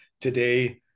today